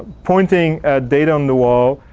pointing data on the wall,